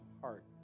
heart